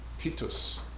Titus